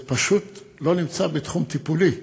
זה פשוט לא נמצא בתחום טיפולי.